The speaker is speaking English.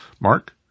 Mark